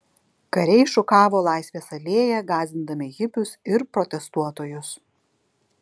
kariai šukavo laisvės alėją gąsdindami hipius ir protestuotojus